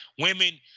women